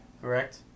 correct